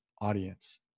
audience